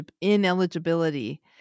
ineligibility